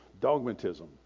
Dogmatism